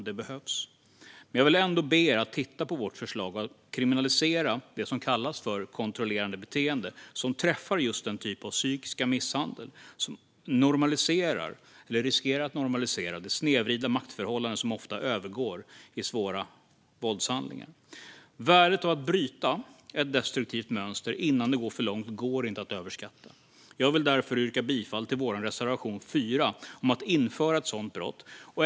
Det behövs. Men jag vill ändå be er att titta på vårt förslag om att kriminalisera det som kallas för kontrollerande beteende, som träffar just den typ av psykiska misshandel som normaliserar, eller riskerar att normalisera, det snedvridna maktförhållande som ofta övergår i svåra våldshandlingar. Värdet av att bryta ett destruktivt mönster innan det går för långt går inte att överskatta. Jag vill därför yrka bifall till vår reservation 4 om att införa ett sådant brott.